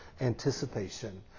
anticipation